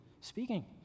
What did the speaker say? speaking